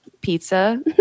pizza